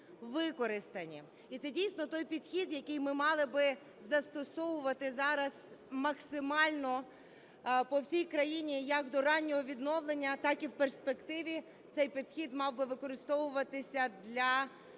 І це дійсно той підхід, який ми мали би застосовувати зараз максимально по всій країні, як до раннього відновлення так і в перспективі цей підхід мав би використовуватися для відновлення